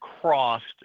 crossed